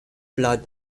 blood